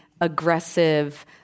aggressive